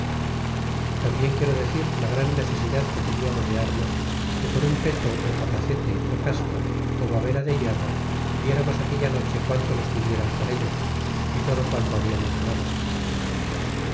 tambien quiero decir la gran necesidad que teniamos de armas que por un peto ó capacete casco ó babera de hierro diéramos aquella noche quanto nos pidieran por ello y todo guaulo hablamos ganado